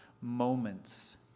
moments